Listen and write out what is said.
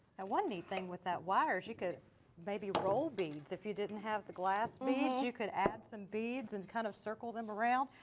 ah one neat thing with that wire is you can maybe roll beads. if you didn't have the glass beads, you could add some beads and kind of circle them around.